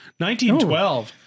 1912